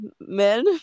men